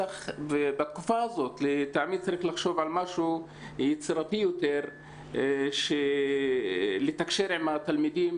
בתקופה הזאת צריך לחשוב על משהו יצירתי אחר כדי לתקשר עם התלמידים